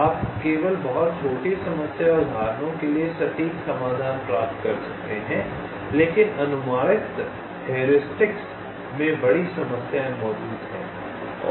आप केवल बहुत छोटी समस्या उदाहरणों के लिए सटीक समाधान प्राप्त कर सकते हैं लेकिन अनुमानित हेयरिस्टिक्स में बड़ी समस्याएं मौजूद हैं